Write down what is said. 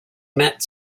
met